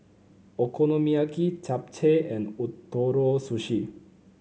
Okonomiyaki Japchae and Ootoro Sushi